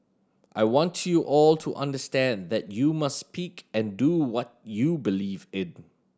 I want you all to understand that you must speak and do what you believe in